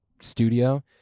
studio